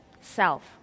self